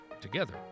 Together